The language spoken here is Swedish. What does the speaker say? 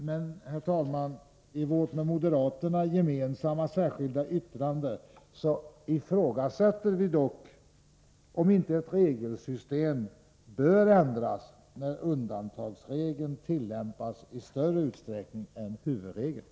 Men, herr talman, i vårt med moderaterna gemensamma särskilda yttrande ifrågasätter vi om inte ett regelsystem bör ändras när en undantagsregel tillämpas i större utsträckning än huvudregeln.